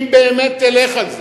אם באמת תלך על זה,